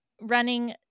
running